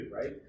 right